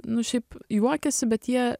nu šiaip juokiasi bet jie